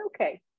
okay